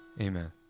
Amen